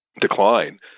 decline